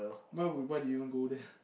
why would why did you even go there